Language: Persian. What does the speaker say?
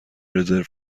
رزرو